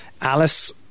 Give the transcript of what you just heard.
Alice